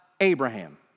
Abraham